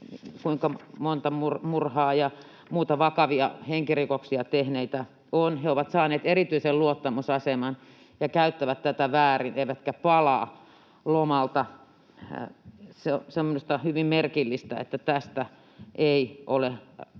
kuinka monta murhaa ja muuta vakavia henkirikoksia tehneitä on. He ovat saaneet erityisen luottamusaseman ja käyttävät tätä väärin eivätkä palaa lomalta. Minusta on hyvin merkillistä, että tästä ei ole